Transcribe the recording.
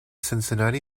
cincinnati